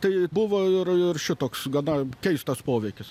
tai buvo ir ir šitoks gana keistos poveikis